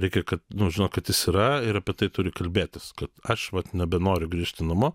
reikia kad nu žinot kad jis yra ir apie tai turi kalbėtis kad aš vat nebenoriu grįžti namo